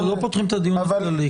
אנחנו לא פותחים את הדיון הכללי.